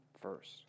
first